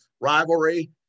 rivalry